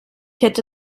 hätte